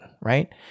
right